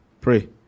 Pray